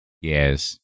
Yes